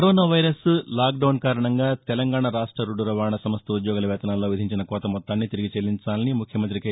corona virus lockdown కారణంగా తెలంగాణ రాష్ట రోడ్లు రవాణా సంస్ల ఉద్యోగుల వేతనాల్లో విధించిన కోత మొత్తాన్ని తిరిగి చెల్లించాలని రాష్ట ముఖ్యమంతి కె